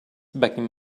begging